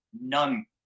none